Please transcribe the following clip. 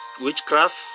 witchcraft